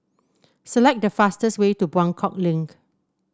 select the fastest way to Buangkok Link